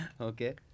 Okay